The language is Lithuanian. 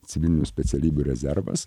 civilinių specialybių rezervas